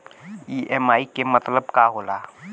EMI के मतलब का होला?